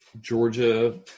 Georgia